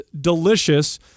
delicious